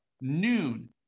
Noon